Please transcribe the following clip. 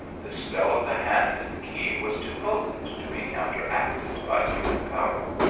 the spell of the hand and key was too potent to be counteracted by human power.